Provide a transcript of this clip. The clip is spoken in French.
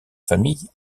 famille